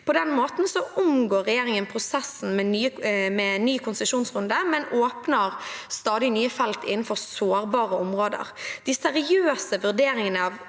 På den måten omgår regjeringen prosessen med ny konsesjonsrunde, men åpner stadig nye felt innenfor sårbare områder. De seriøse vurderingene av